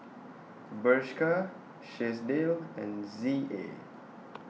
Bershka Chesdale and Z A